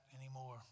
anymore